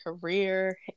career